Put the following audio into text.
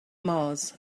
mars